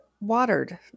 watered